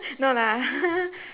no lah